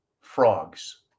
frogs